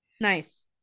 Nice